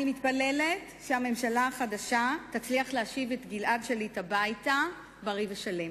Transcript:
אני מתפללת שהממשלה החדשה תצליח להשיב את גלעד שליט הביתה בריא ושלם,